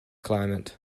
climate